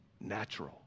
Natural